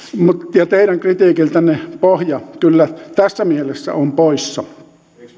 ja teidän kritiikiltänne pohja kyllä tässä mielessä on poissa